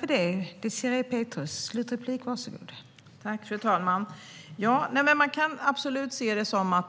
Fru talman! Man kan absolut ha inställningen att man